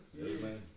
Amen